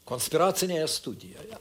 konspiracinėje studijoje